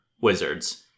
wizards